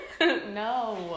No